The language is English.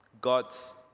God's